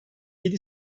yedi